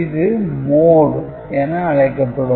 இது Mode என அழைக்கப்படும்